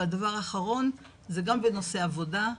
הדבר האחרון זה גם בנושא העבודה,